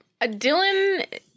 Dylan